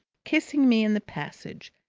kissed me in the passage,